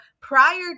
prior